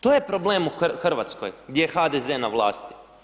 To je problem u Hrvatskoj, gdje je HDZ na vlasti.